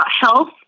health